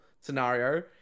scenario